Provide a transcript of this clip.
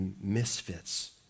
misfits